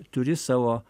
turi savo